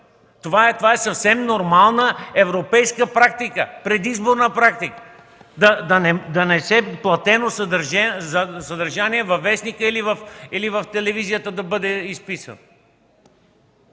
Това е съвсем нормална европейска практика, предизборна практика – платено съдържание във вестника или да бъде изписано